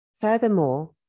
Furthermore